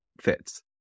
fits